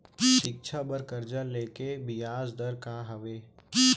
शिक्षा बर कर्जा ले के बियाज दर का हवे?